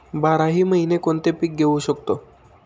बाराही महिने कोणते पीक घेवू शकतो?